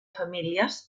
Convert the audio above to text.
famílies